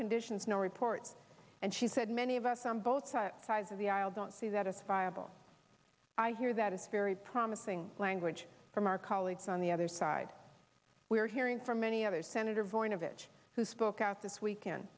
conditions no reports and she said many of us on both sides of the aisle don't see that it's viable i hear that is very promising language from our colleagues on the other side we're hearing from any other senator voinovich who spoke out this weekend